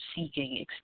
seeking